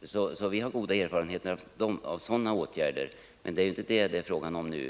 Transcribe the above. Vi har alltså goda erfarenheter av sådana åtgärder, men det är inte det som det är fråga om nu.